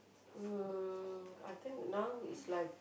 um I think now it's like